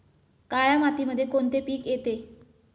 काळी मातीमध्ये कोणते पिके येते?